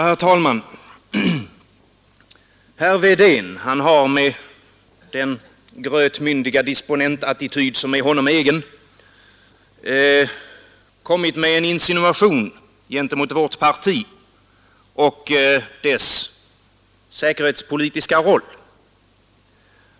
Herr talman! Herr Wedén har med den grötmyndiga disponentattityd som är honom egen kommit med en insinuation gentemot vårt parti och dess säkerhetspolitiska roll.